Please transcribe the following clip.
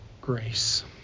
grace